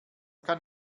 kann